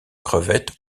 crevette